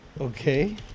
Okay